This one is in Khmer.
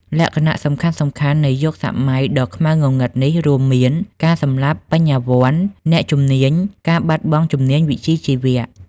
លក្ខណៈសំខាន់ៗនៃយុគសម័យដ៏ខ្មៅងងឹតនេះរួមមាន ការសម្លាប់បញ្ញវន្ត និងអ្នកជំនាញ ការបាត់បង់ជំនាញវិជ្ជាជីវៈ។